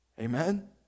amen